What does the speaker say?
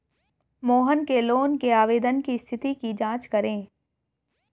मोहन के लोन के आवेदन की स्थिति की जाँच करें